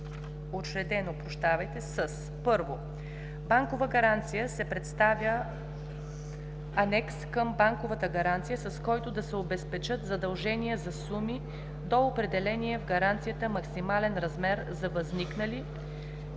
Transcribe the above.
учредено с: 1. банкова гаранция се представя анекс към банковата гаранция, с който да се обезпечат задължения за суми до определения в гаранцията максимален размер за възникнали,